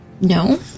No